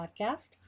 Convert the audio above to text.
podcast